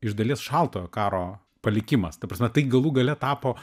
iš dalies šaltojo karo palikimas ta prasme tai galų gale tapo